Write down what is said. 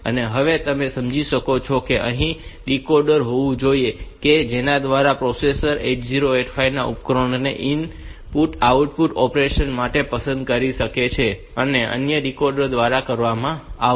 અને હવે તમે સમજી શકો છો કે અહીં એક ડીકોડર હોવું જોઈએ કે જેના દ્વારા આ પ્રોસેસર 8085 આ ઉપકરણોને ઇનપુટ આઉટપુટ ઓપરેશન માટે પસંદ કરી શકશે અને તે અન્ય ડીકોડર દ્વારા કરવામાં આવશે